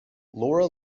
laura